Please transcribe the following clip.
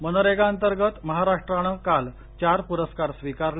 मनरेगाअंतर्गत महाराष्ट्रानं काल चार प्रस्कार स्वीकारले